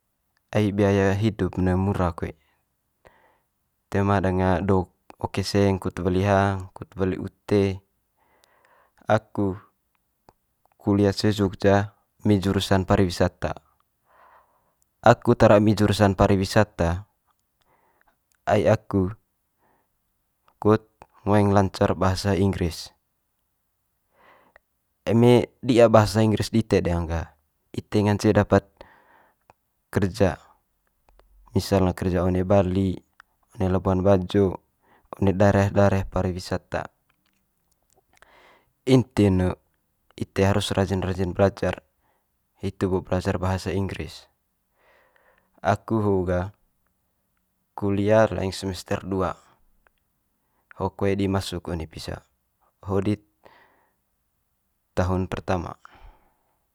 Ai biaya hidup ne mura koe toe ma danga do oke seng kut weli hang kut weli ute, aku kulia ce jogja emi jurursan pariwisata. Aku tara emi jurusan pariwisata ai aku kut ngoeng lancar bahasa inggris, eme di'a bahasa inggris dite ding gah ite ngance dapat kerja misal ne kerja one bali, one labuan bajo one daerah daerah pariwisata. Inti'n ne ite harus rajin rajin belajar hitu bo belajar bahasa inggris. Aku ho'o gah kulia leng semester dua ho koe di masuk one pisa ho di tahun pertama.